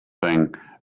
thing